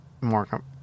more